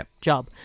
job